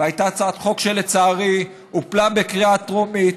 והייתה הצעת חוק שלצערי הופלה בקריאה טרומית.